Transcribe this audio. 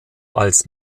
als